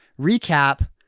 recap